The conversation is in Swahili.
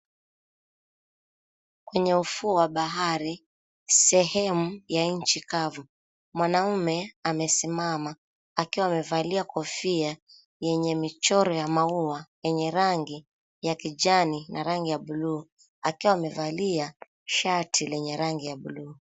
Kwenye ufuo wa bahari, sehemu ya nchi kavu, mwanamume amesimama akiwa amevalia kofia yenye michoro ya maua yenye rangi ya kijani na rangi ya buluu, akiwa amevalia shati lenye rangi ya buluu.